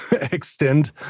extend